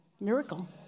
Miracle